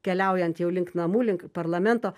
keliaujant jau link namų link parlamento